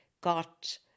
got